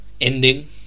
ending